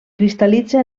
cristal·litza